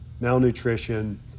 malnutrition